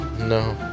No